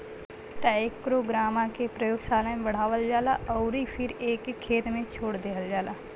trichogramma के प्रयोगशाला में बढ़ावल जाला अउरी फिर एके खेत में छोड़ देहल जाला